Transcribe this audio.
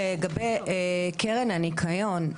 לגבי קרן הניקיון,